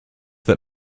that